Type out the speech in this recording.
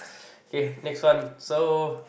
K next one so